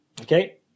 Okay